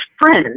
friends